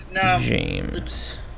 James